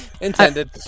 Intended